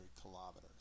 kilometers